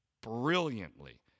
Brilliantly